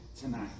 tonight